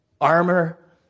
armor